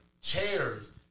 chairs